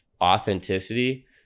authenticity